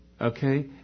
Okay